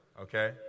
okay